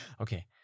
Okay